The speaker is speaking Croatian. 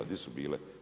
Di su bile?